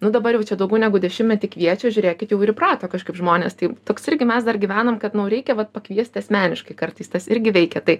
nu dabar jau čia daugiau negu dešimtmetį kviečia žiūrėkit jau ir įprato kažkaip žmonės tai toks irgi mes dar gyvenam kad nu reikia vat pakviesti asmeniškai kartais tas irgi veikia tai